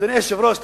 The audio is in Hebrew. אדוני היושב-ראש,